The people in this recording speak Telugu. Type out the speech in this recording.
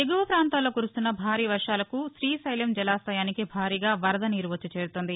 ఎగువ పాంతాల్లో కురుస్తున్న భారీ వర్వాలకు శ్రీశైలం జలాశయానికి భారీగా వరద నీరు వచ్చి చేరుతోంది